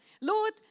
Lord